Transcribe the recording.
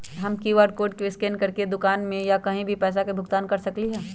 हम QR code scan करके दुकान में या कहीं भी पैसा के भुगतान कर सकली ह?